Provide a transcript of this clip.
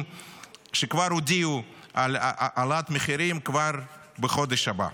שכבר הודיעו על העלאת מחירים כבר בחודש הבא.